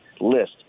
list